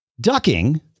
ducking